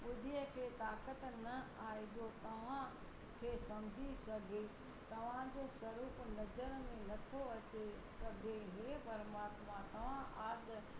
ॿुध्दिअ खे ताक़त न आहे जो तव्हां खे सम्झी सघे तव्हांजो स्वरूप नज़र में नथो अचे सघे हे परमात्मा तव्हां आॾ